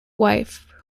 wife